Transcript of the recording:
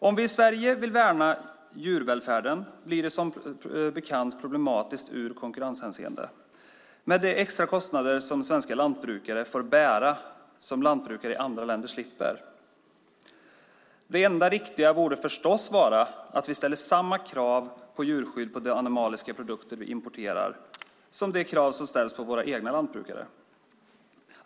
Om vi i Sverige vill värna djurvälfärden blir det som bekant problematiskt ur konkurrenshänseende med de extra kostnader som svenska lantbrukare får bära som lantbrukare i andra länder slipper. Det enda riktiga borde förstås vara att ställa samma krav på djurskydd på de animaliska produkter som vi importerar som de krav som ställs på våra egna lantbrukare.